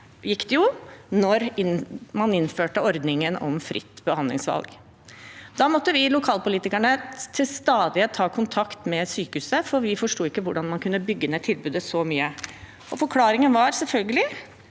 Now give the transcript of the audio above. gikk det da man innførte ordningen fritt behandlingsvalg. Da måtte vi lokalpolitikere til stadighet ta kontakt med sykehuset, for vi forsto ikke hvordan man kunne bygge ned tilbudet så mye. Forklaringen var selvfølgelig: